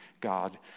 god